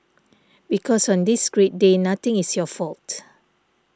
because on this great day nothing is your fault